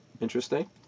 interesting